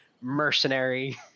mercenary